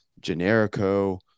Generico